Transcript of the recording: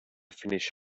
finish